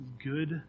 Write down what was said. Good